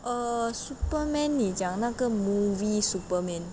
err superman 你讲那个 movie superman